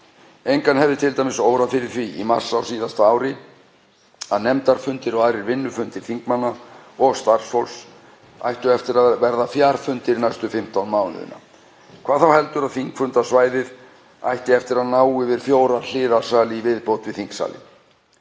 Engan hefði t.d. órað fyrir því í mars á síðasta ári að nefndarfundir og aðrir vinnufundir þingmanna og starfsfólks ættu eftir að verða fjarfundir næstu 15 mánuði, hvað þá heldur að þingfundasvæðið ætti eftir að ná yfir fjóra hliðarsali í viðbót við þingsalinn.